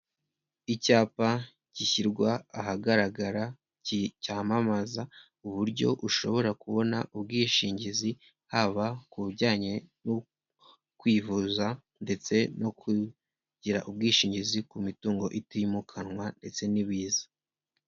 Icyapa gishyirwa ahagaragara cyamamaza uburyo ushobora kubona ubwishingizi haba ku bijyanye no kwivuza ndetse no kugira ubwishingizi ku mitungo itimukanwa ndetse n'ibiza.